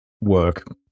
work